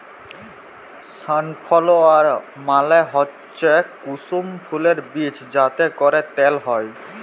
sunflower মালে হচ্যে কুসুম ফুলের বীজ যাতে ক্যরে তেল হ্যয়